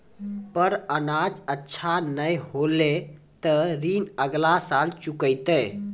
पर अनाज अच्छा नाय होलै तॅ ऋण अगला साल चुकैतै